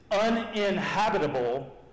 uninhabitable